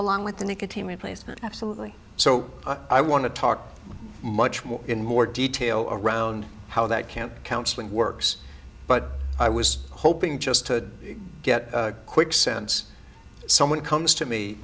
along with the nicotine replacement absolutely so i want to talk much more in more detail around how that can counseling works but i was hoping just to get a quick sense someone comes to me